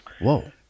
Whoa